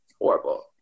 Horrible